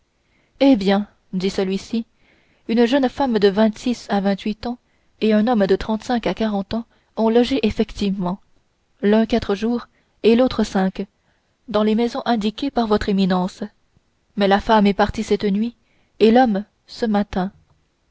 eh bien dit celui-ci une jeune femme de vingt-six à vingthuit ans et un homme de trente-cinq à quarante ans ont logé effectivement l'un quatre jours et l'autre cinq dans les maisons indiquées par votre éminence mais la femme est partie cette nuit et l'homme ce matin